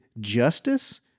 justice